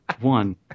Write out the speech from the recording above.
One